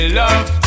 love